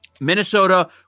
Minnesota